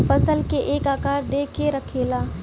फसल के एक आकार दे के रखेला